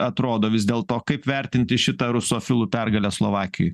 atrodo vis dėl to kaip vertinti šitą rusofilų pergalę slovakijoj